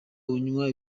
unywa